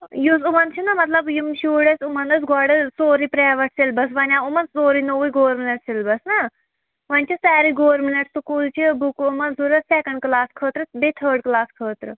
یُس یِمَن چھِ نا مطلب یِم شُرۍ ٲسۍ یِمَن اوس گۄڈٕ سورُے پرایویٹ سٮ۪لِبَس وۄنۍ آو یِمَن سورُے نوٚوُے گورمٮ۪نٛٹ سٮ۪لِبَس نا وۄنۍ چھِ ساروے گورمٮ۪نٹ سکوٗلچہِ بُکو مَنٛز ضوٚرَتھ سٮ۪کَنٛڈ کٕلاس خٲطرٕ بیٚیہِ تھٲڑ کٕلاس خٲطرٕ